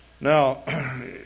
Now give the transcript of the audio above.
Now